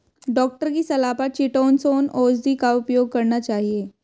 doctor की सलाह पर चीटोसोंन औषधि का उपयोग करना चाहिए